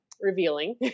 revealing